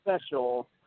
special